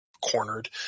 cornered